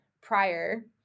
prior